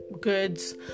goods